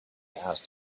asked